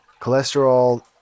cholesterol